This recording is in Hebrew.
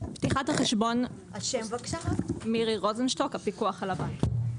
שמי מירי רוזנשטוק, הפיקוח על הבנקים.